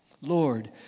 Lord